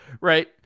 right